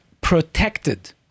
protected